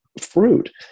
fruit